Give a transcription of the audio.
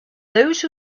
those